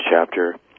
chapter